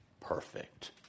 perfect